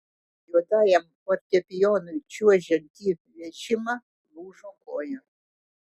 juodajam fortepijonui čiuožiant į vežimą lūžo koja